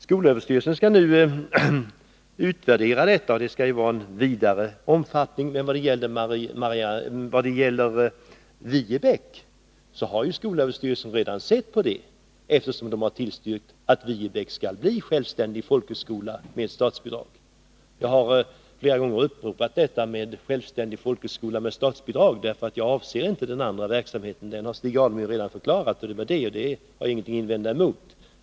Skolöverstyrelsen skall nu göra en utvärdering, som skall omfatta inte bara Viebäck. Men i vad gäller Viebäck har skolöverstyrelsen redan tillstyrkt att skolan skall bli självständig folkhögskola med statsbidrag. Jag har flera gånger talat om självständig folkhögskola med statsbidrag. Jag tänker nämligen inte på den andra verksamheten. Beträffande den har Stig Alemyr gett en förklaring som jag inte har någonting att invända emot.